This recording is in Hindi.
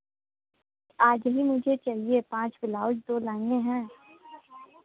आज ही मुझे चाहिए पाँच ब्लाउज दो लहँगे हैं